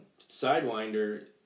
Sidewinder